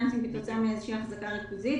פיננסים כתוצאה מאיזו שהיא החזקה ריכוזית.